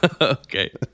Okay